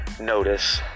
notice